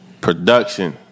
Production